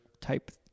type